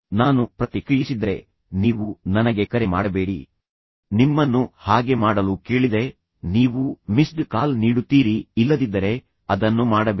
ನಾನು ಪ್ರತಿಕ್ರಿಯಿಸಿದ್ದರೆ ನೀವು ನನಗೆ ಕರೆ ಮಾಡಬೇಡಿ ನಿಮ್ಮನ್ನು ಹಾಗೆ ಮಾಡಲು ಕೇಳಿದರೆ ನೀವು ಮಿಸ್ಡ್ ಕಾಲ್ ನೀಡುತ್ತೀರಿ ಇಲ್ಲದಿದ್ದರೆ ಅದನ್ನು ಮಾಡಬೇಡಿ